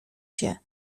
się